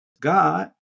God